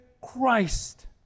Christ